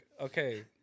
okay